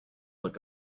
look